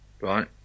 right